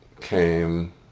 came